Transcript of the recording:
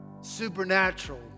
supernatural